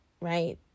Right